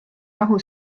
rahu